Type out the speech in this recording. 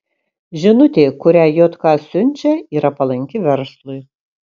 žinutė kurią jk siunčia yra palanki verslui